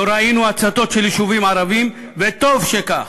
לא ראינו הצתות של יישובים ערביים, וטוב שכך.